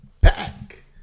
back